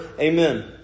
Amen